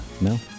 No